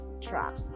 trap